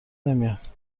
نمیاد